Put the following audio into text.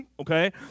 Okay